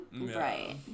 right